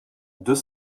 deux